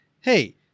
hey